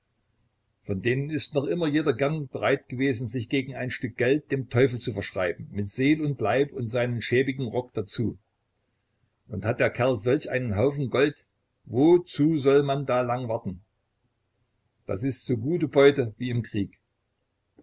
von denen ist noch immer jeder gern bereit gewesen sich gegen ein stück geld dem teufel zu verschreiben mit seel und leib und seinem schäbigen rock dazu und hat der kerl solch einen haufen gold wozu soll man da lang warten das ist so gute beute wie im krieg